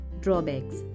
drawbacks